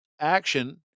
action